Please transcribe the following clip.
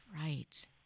Right